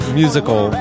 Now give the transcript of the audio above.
musical